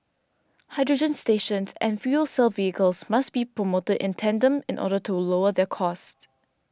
hydrogen stations and fuel cell vehicles must be promoted in tandem in order to lower their cost